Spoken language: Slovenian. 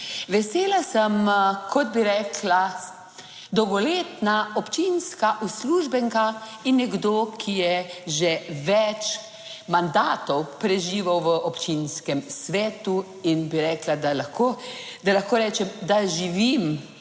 Vesela sem, kot bi rekla dolgoletna občinska uslužbenka in nekdo, ki je že več mandatov preživel v občinskem svetu in bi rekla, da lahko, da lahko rečem, da živim z